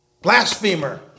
blasphemer